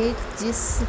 ایک جس